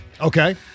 Okay